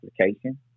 application